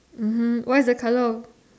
mmhmm what is the colour of